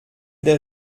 der